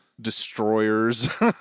destroyers